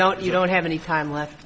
don't you don't have any time left